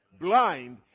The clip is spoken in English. blind